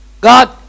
God